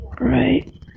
Right